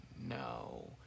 no